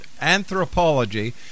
anthropology